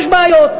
יש בה בעיות.